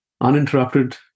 uninterrupted